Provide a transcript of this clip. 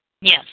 Yes